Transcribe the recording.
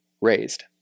raised